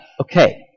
Okay